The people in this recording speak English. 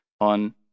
on